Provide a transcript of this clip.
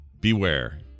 beware